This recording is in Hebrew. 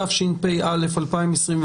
התשפ"א 2021,